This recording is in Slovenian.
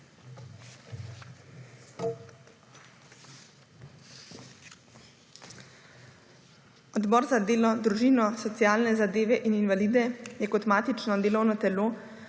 Odbor za delo, družino, socialne zadeve in invalide je kot matično delovno telo